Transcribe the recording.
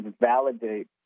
validate